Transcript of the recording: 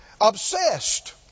obsessed